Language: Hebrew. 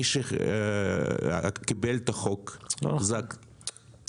מי שקיבל את החוק זה הכנסת ----- מועלמי,